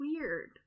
weird